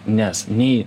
nes nei